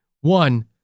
One